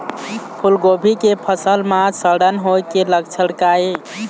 फूलगोभी के फसल म सड़न होय के लक्षण का ये?